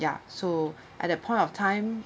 ya so at that point of time